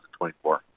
2024